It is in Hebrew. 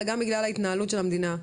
אלא גם בגלל ההתנהלות של המדינה.